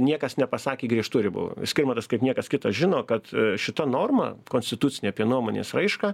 niekas nepasakė griežtų ribų skirmantas kaip niekas kitas žino kad šita norma konstitucinė apie nuomonės raišką